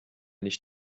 nicht